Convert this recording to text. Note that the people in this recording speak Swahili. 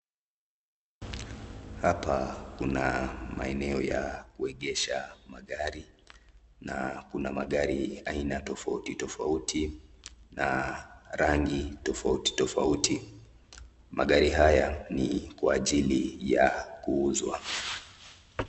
Hapa kuna maeneo ya kuegesha magari na kuna magari aina tofauti tofauti na rangi tofauti tofauti , magari haya ni kwa ajili ya kuuzwa.